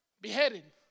beheaded